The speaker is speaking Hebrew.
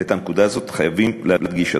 ואת הנקודה הזאת חייבים להדגיש,